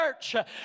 church